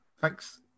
Thanks